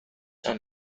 are